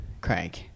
Craig